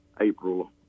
April